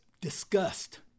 disgust